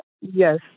Yes